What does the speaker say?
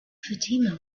fatima